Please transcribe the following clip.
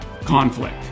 conflict